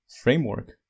framework